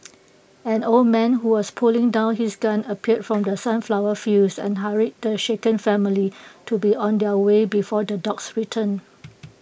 an old man who was putting down his gun appeared from the sunflower fields and hurried the shaken family to be on their way before the dogs return